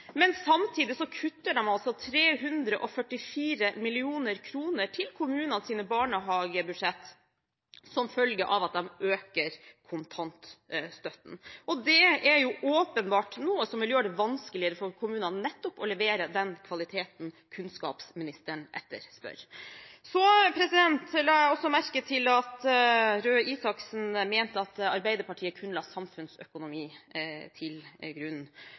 Men samtidig kutter de altså 344 mill. kr til kommunenes barnehagebudsjetter som følge av at de øker kontantstøtten, og det er jo åpenbart noe som vil gjøre det vanskeligere for kommunene nettopp å levere den kvaliteten som kunnskapsministeren etterspør. Så la jeg også merke til at statsråd Røe Isaksen mente at Arbeiderpartiet kun la samfunnsøkonomi til grunn,